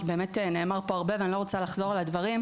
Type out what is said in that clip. כי באמת שנאמר פה כבר הרבה ואני לא רוצה לחזור על הדברים.